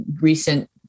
recent